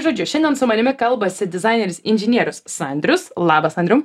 žodžiu šiandien su manimi kalbasi dizaineris inžinierius sandrius labas sandriau